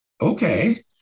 okay